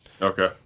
Okay